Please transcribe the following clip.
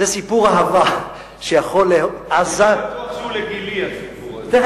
זה סיפור אהבה, תיכף אפרט.